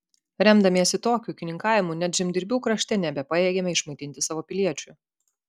remdamiesi tokiu ūkininkavimu net žemdirbių krašte nebepajėgėme išmaitinti savo piliečių